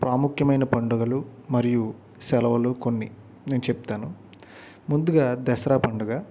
ప్రాముఖ్యమైన పండుగలు మరియు సెలవులు కొన్ని నేను చెప్తాను ముందుగా దసరా పండుగ